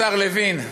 השר לוין,